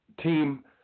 team